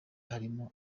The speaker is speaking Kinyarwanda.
harimo